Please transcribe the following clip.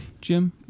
Jim